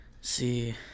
see